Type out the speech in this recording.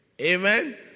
Amen